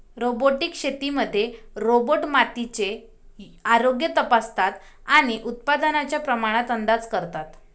robotic शेतीमध्ये robot मातीचे आरोग्य तपासतात आणि उत्पादनाच्या प्रमाणात अंदाज करतात